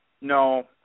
No